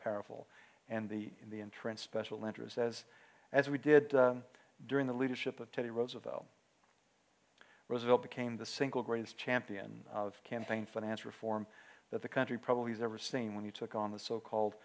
entrenched special interest as as we did during the leadership of teddy roosevelt roosevelt became the single greatest champion of campaign finance reform that the country probably has ever seen when he took on the so called